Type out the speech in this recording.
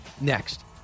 Next